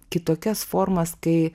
kitokias formas kai